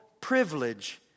privilege